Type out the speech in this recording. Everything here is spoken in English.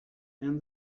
and